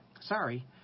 sorry